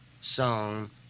song